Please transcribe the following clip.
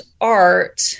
art